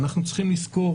אנחנו צריכים לזכור,